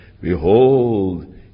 Behold